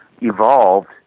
evolved